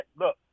look